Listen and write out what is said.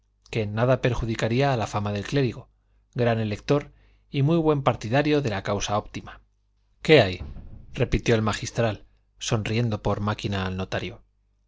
que en nada perjudicaría la fama del clérigo gran elector y muy buen partidario de la causa óptima qué hay repitió el magistral sonriendo por máquina al notario